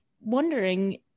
wondering